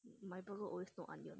my burger always no onion